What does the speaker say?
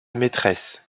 maîtresse